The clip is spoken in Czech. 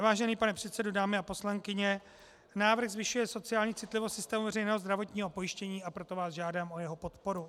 Vážený pane předsedo, dámy a poslanci, návrh zvyšuje sociální citlivost systému veřejného zdravotního pojištění, a proto vás žádám o jeho podporu.